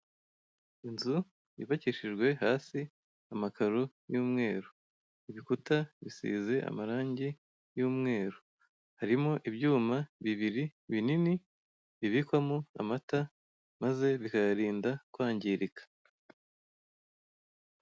Inzu yubakishijwe hasi amakaro y'umweru, ibikuta bisize amarange ry'umweru, harimo ibyuma bibiri binini bibikwamo amata maze bikayarinda kwangirika.